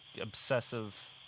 obsessive